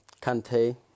Kante